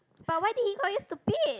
but why did he call you stupid